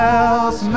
else